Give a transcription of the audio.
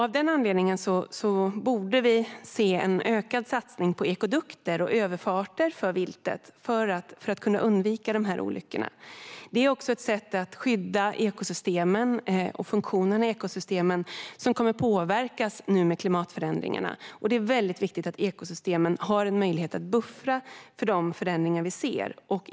Av denna anledning borde vi se en ökad satsning på ekodukter och överfarter för viltet för att undvika dessa olyckor. Det är också ett sätt att skydda ekosystemen och funktionerna i ekosystemen, som kommer att påverkas med klimatförändringarna. Det är viktigt att ekosystemen har möjlighet att buffra för de förändringar vi ser.